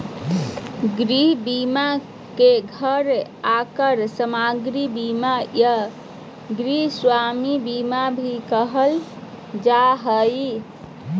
गृह बीमा के घर आर सामाग्री बीमा या गृहस्वामी बीमा भी कहल जा हय